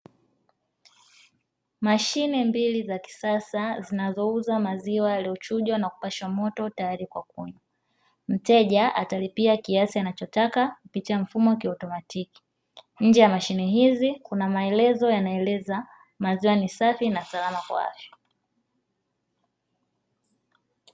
mashine mbili za kisasa zinazo uza maziwa yaliyo chujwa na kupashwa moto tayari kwa kunywa mteja atalipia kiasi anacho taka kupitia mfumo kiotomatiki nje ya mashine hizi kuna maelezo yanaeleza maziwa ni safi na salama kwa afya.